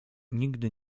nigdy